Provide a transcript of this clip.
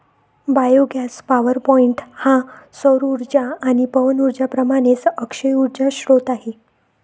biogas power point हा सौर उर्जा आणि पवन उर्जेप्रमाणेच अक्षय उर्जा स्त्रोत आहे